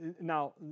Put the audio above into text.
now